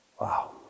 Wow